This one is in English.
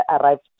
arrived